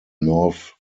north